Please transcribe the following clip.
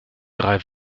drei